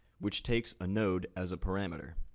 which takes a node as a parameter.